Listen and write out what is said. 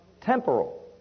temporal